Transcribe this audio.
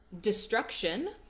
destruction